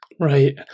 Right